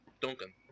Duncan